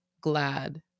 glad